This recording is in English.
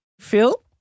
Phil